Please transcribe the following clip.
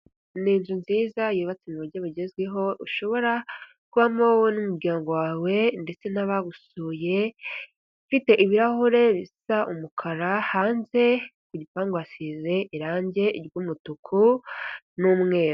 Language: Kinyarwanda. Ni inzu nziza yubatse mu buryo bugezweho, ushobora kubamo wowe n'umuryango wawe ndetse n'abagusuye, ifite ibirahure bisa umukara, hanze ku gipangu hasize irangi ry'umutuku n'umweru.